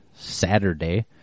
saturday